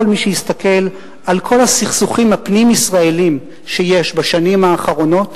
כל מי שיסתכל על כל הסכסוכים הפנים-ישראליים שיש בשנים האחרונות